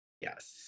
yes